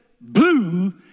blue